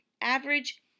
average